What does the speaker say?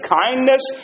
kindness